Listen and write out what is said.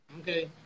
Okay